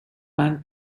man